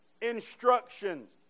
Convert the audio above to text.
instructions